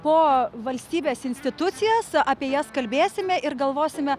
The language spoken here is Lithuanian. po valstybės institucijas apie jas kalbėsime ir galvosime